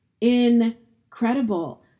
incredible